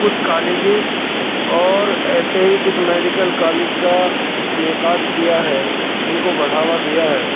کچھ کالجز اور ایسے ہی کچھ میڈیکل کالج کا انعقاد کیا ہے ان کو بڑھاوا دیا ہے